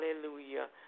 Hallelujah